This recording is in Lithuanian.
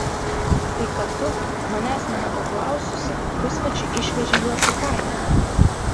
tai kad tu manęs nė nepaklaususi pusmečiui išvežei juos į kaimą